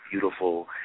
beautiful